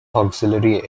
auxiliary